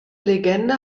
legende